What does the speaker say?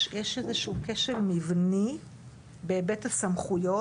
יש איזשהו כשל מבני בהיבט הסמכויות,